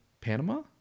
panama